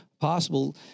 possible